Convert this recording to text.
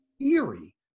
eerie